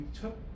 took